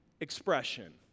expression